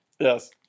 Yes